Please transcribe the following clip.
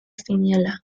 zinela